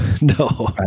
no